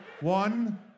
One